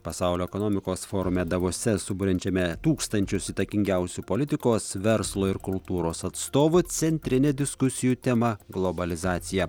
pasaulio ekonomikos forume davose suburiančiame tūkstančius įtakingiausių politikos verslo ir kultūros atstovų centrinė diskusijų tema globalizacija